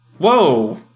Whoa